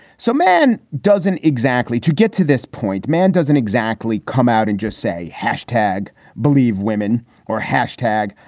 so man doesn't exactly to get to this point man doesn't exactly come out and just say hashtag believe women or hashtag.